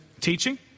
teaching